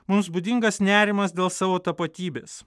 mums būdingas nerimas dėl savo tapatybės